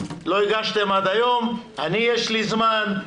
לא הגשתם עד היום, יש לי זמן,